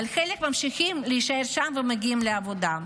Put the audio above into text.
אבל חלק ממשיכים להישאר שם ומגיעים לעבודה.